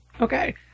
Okay